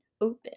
open